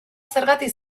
zergatik